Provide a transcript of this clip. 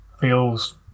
feels